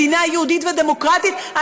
מדינה יהודית ודמוקרטית.